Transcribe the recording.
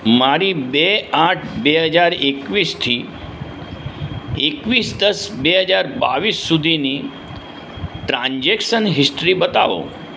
મારી બે આઠ બે હજાર એકવીસથી એકવીસ દસ બે હજાર બાવીસ સુધીની ટ્રાન્ઝૅક્શન હિસ્ટ્રી બતાવો